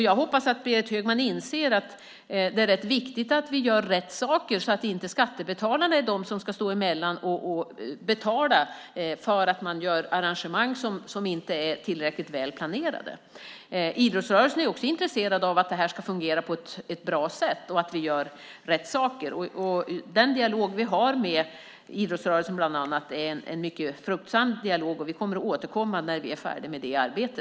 Jag hoppas att Berit Högman inser att det är viktigt att vi gör rätt saker så att inte skattebetalarna får stå emellan och betala för att man gör arrangemang som inte är tillräckligt väl planerade. Idrottsrörelsen är också intresserad av att detta ska fungera på ett bra sätt och att vi gör rätt saker. Den dialog vi har med bland andra idrottsrörelsen är en mycket fruktsam dialog. Vi återkommer när vi är färdiga med detta arbete.